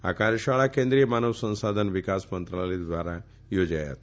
આ કાર્યશાળા કેન્દ્રિય માનવ સંસાધન વિકાસ મંત્રાલય ધ્વારા યોજાથો હતો